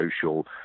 social